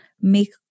make